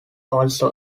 also